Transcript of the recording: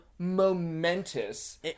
momentous